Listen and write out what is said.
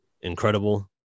incredible